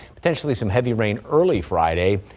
potentially some heavy rain early friday.